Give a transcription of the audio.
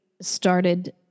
started